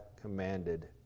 commanded